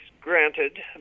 granted